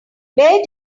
where